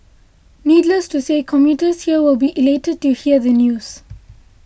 needless to say commuters here will be elated to hear the news